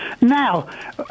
Now